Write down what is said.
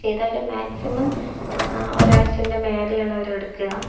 ചെയ്തവർ മാക്സിമം ഒരാഴ്ചേൻ്റെ മേലെയാണ് അവർ എടുക്കുക